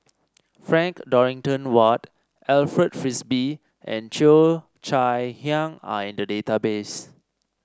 Frank Dorrington Ward Alfred Frisby and Cheo Chai Hiang are in the database